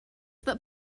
that